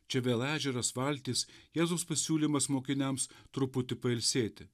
čia vėl ežeras valtis jėzaus pasiūlymas mokiniams truputį pailsėti